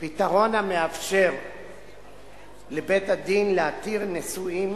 פתרון המאפשר לבית-הדין להתיר נישואים